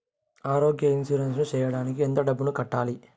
ఆరోగ్య ఇన్సూరెన్సు సేయడానికి ఎంత డబ్బుని కట్టాలి?